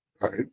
right